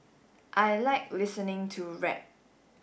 I like listening to rap